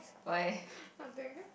nothing